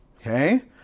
Okay